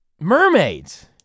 Mermaids